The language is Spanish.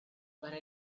para